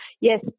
yes